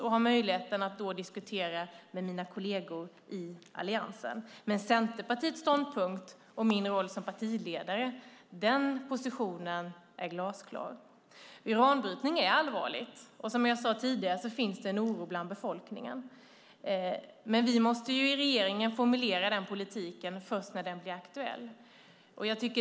Jag har då möjlighet att diskutera med mina kolleger i Alliansen. Men positionen när det gäller Centerpartiets ståndpunkt och min roll som partiledare är glasklar. Uranbrytning är allvarligt. Som jag tidigare sagt finns det en oro bland befolkningen. Men vi i regeringen får formulera den politiken först när den blir aktuell.